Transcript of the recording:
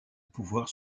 pouvoir